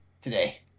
today